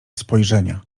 spojrzenia